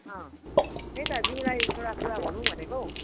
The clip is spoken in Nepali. त्यही त तिमीलाई एउटा कुरा भनौँ भनेको